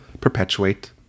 perpetuate